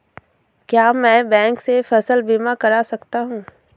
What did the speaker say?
क्या मैं बैंक से फसल बीमा करा सकता हूँ?